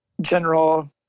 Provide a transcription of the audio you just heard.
general